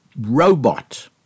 robot